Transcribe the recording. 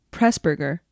Pressburger